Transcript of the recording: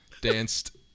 danced